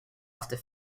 after